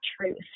truth